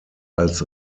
als